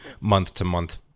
month-to-month